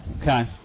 Okay